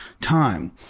time